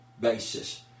basis